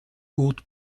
code